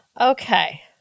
Okay